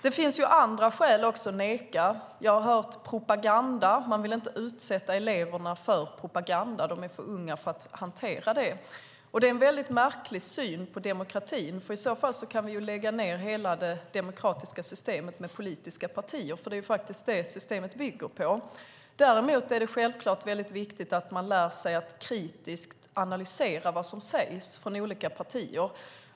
Det finns också andra skäl att neka tillträde. Jag har hört om propaganda - man vill inte utsätta eleverna för propaganda, för det är för unga för att hantera det. Men det är en mycket märklig syn på demokratin. I så fall kan vi lägga ned hela det demokratiska systemet med politiska partier, men det är faktiskt vad systemet bygger på. Däremot är det självklart väldigt viktigt att man lär sig att kritiskt analysera vad som sägs från olika partier.